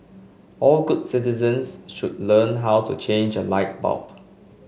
all good citizens should learn how to change a light bulb